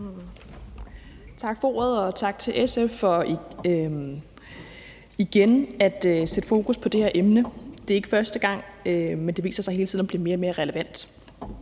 Tak for ordet. Og tak til SF for igen at sætte fokus på det her emne. Det er ikke første gang, men det viser sig hele tiden at blive mere og mere relevant.